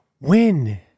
win